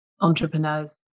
entrepreneurs